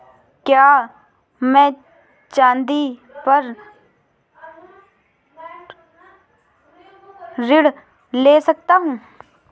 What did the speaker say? क्या मैं चाँदी पर ऋण ले सकता हूँ?